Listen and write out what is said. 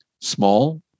small